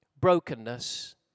brokenness